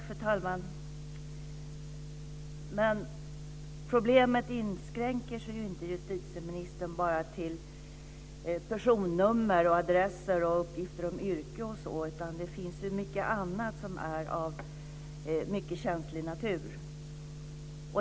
Fru talman! Men problemet inskränker sig inte, justitieministern, bara till att gälla personnummer, adresser, uppgifter om yrke utan det finns mycket annat som är av mycket känslig natur.